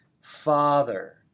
father